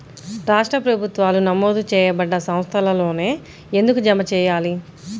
రాష్ట్ర ప్రభుత్వాలు నమోదు చేయబడ్డ సంస్థలలోనే ఎందుకు జమ చెయ్యాలి?